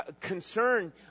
concern